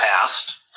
past